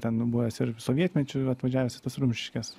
ten nu buvęs ir sovietmečiu atvažiavęs į tas rumšiškes